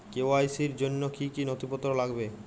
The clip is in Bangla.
কে.ওয়াই.সি র জন্য কি কি নথিপত্র লাগবে?